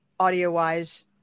audio-wise